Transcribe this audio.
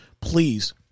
please